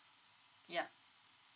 yup